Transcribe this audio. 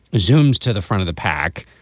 zooms to the front of the pack,